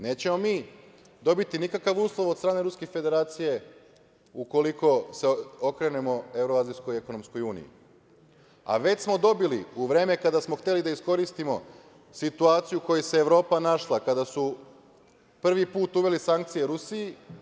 Nećemo mi dobiti nikakav uslov od strane Ruske Federacije ukoliko se okrenemo Evroazijskoj ekonomskoj uniji, a već smo dobili u vreme kada smo hteli da iskoristimo situaciju u kojoj se Evropa našla kada su prvi put uveli sankcije Rusiji.